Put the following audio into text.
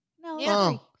No